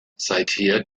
seither